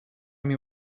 army